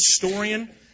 historian